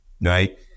right